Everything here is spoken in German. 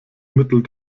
mittel